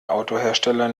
autohersteller